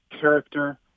character